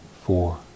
four